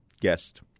guest